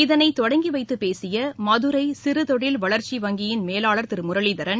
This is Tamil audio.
இதனை தொடங்கி வைத்து பேசிய மதுரை சிறு தொழில் வளர்ச்சி வங்கியின் மேலாளர் திரு முரளிதரன்